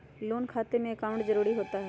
Loan खाते में account जरूरी होता है?